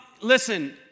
listen